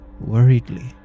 worriedly